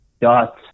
dot